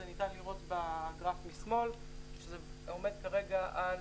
וניתן לראות בגרף משמאל שזה עומד כרגע על